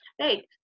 right